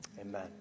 amen